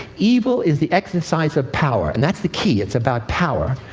evil is the exercise of power. and that's the key it's about power.